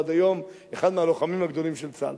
עד היום אחד הלוחמים הגדולים של צה"ל.